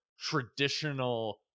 traditional